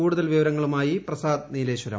കൂടുതൽ വിവരങ്ങളുമായി പ്രസാദ് നീലേശ്ച്രം